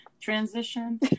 transition